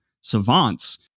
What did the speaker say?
savants